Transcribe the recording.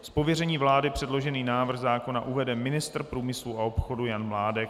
Z pověření vlády předložený návrh zákona uvede ministr průmyslu a obchodu Jan Mládek.